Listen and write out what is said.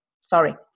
sorry